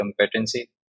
competency